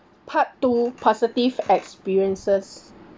part two positive experiences